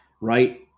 right